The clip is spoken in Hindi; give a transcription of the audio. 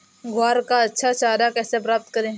ग्वार का अच्छा चारा कैसे प्राप्त करें?